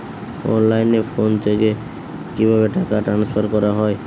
অনলাইনে ফোন থেকে কিভাবে টাকা ট্রান্সফার করা হয়?